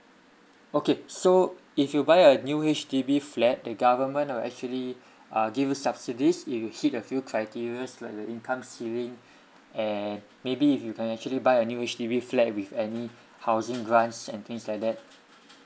okay so if you buy a new H_D_B flat the government will actually uh give you subsidies if you hit a few criteria like the income ceiling and maybe if you can actually buy a new H_D_B flat with any housing grants and things like that